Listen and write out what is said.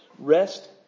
Rest